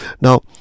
now